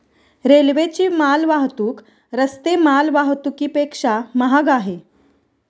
रेल्वेची माल वाहतूक रस्ते माल वाहतुकीपेक्षा महाग आहे